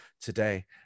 today